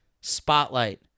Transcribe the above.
Spotlight